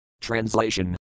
Translation